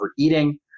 overeating